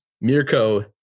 mirko